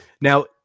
Now